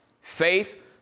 faith